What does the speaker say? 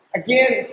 again